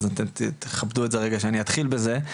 אז תכבדו את זה רגע שאני אתחיל בזה.